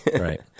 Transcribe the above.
Right